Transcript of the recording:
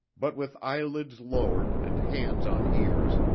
but with eyelids lowered and hands on ears,